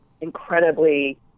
incredibly